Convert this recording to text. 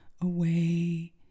away